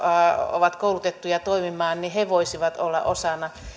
ovat koulutettuja toimimaan voisivat olla osana